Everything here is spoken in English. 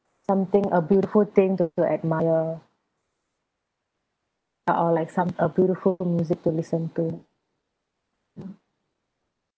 something a beautiful thing to like admire or like some a beautiful music to listen to mm